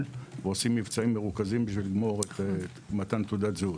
ועושים מבצעים מרוכזים כדי לגמור את מתן תעודת הזהות.